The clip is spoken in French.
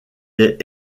est